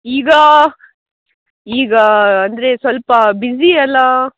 ಈಗ ಈಗ ಅಂದರೆ ಸ್ವಲ್ಪ ಬಿಜಿ಼ ಅಲ್ಲಾ